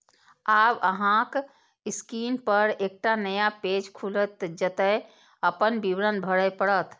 आब अहांक स्क्रीन पर एकटा नया पेज खुलत, जतय अपन विवरण भरय पड़त